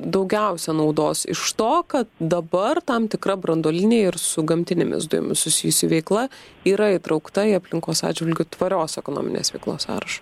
daugiausia naudos iš to kad dabar tam tikra branduolinė ir su gamtinėmis dujomis susijusi veikla yra įtraukta į aplinkos atžvilgiu tvarios ekonominės veiklos sąrašą